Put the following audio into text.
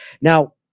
Now